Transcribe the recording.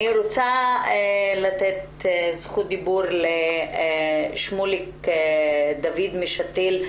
אני רוצה לתת רשות דיבור לשמוליק דוד משתי"ל.